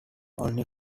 only